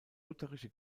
lutherische